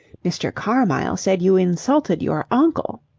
mr. carmyle said you insulted your uncle!